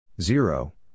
Zero